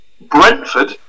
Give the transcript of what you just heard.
Brentford